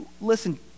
listen